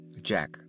Jack